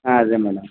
ಹಾಂ ಅದೇ ಮೇಡಮ್